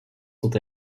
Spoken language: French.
sont